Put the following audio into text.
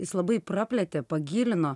jis labai praplėtė pagilino